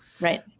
right